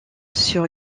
sur